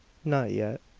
not yet.